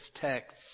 texts